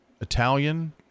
italian